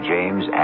James